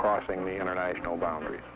crossing the international boundar